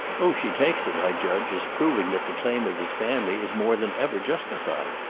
oh she takes it, i judge, as proving that the claim of his family is more than ever justified.